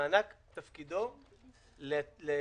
המענק תפקידו לתמרץ,